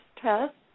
test